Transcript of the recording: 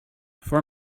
for